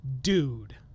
dude